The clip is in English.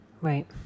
Right